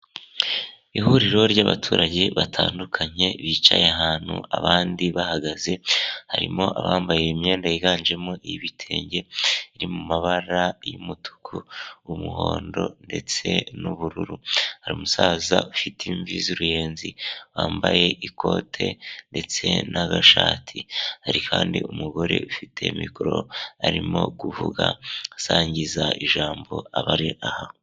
Ihuriro ry'abaturage batandukanye bicaye ahantu abandi bahagaze, harimo abambaye imyenda yiganjemo ibitenge biri mu mabara y'umutuku, umuhondo ndetse n'ubururu, hari umusaza ufite imvi z'uruyenzi wambaye ikote ndetse n'agashati, hari kandi umugore ufite mikoro arimo kuvuga asangiza ijambo abari aha.